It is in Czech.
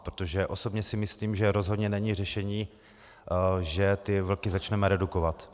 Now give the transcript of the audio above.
Protože osobně si myslím, že rozhodně není řešením, že ty vlky začneme redukovat.